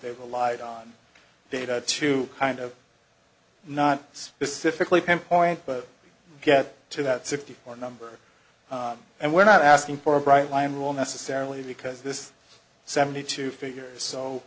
they relied on data to kind of not specifically pinpoint but get to that sixty four number and we're not asking for a bright line rule necessarily because this seventy two figures so